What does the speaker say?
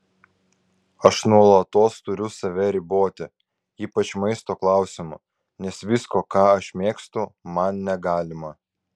aš nuolatos turiu save riboti ypač maisto klausimu nes visko ką aš mėgstu man negalima